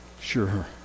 Sure